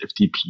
FTP